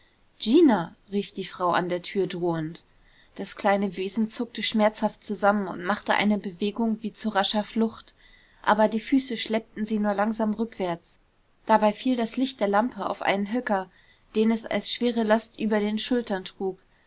gina rief die frau an der türe drohend das kleine wesen zuckte schmerzhaft zusammen und machte eine bewegung wie zu rascher flucht aber die füße schleppten sie nur langsam rückwärts dabei fiel das licht der lampe auf einen höcker den es als schwere last über den schultern trug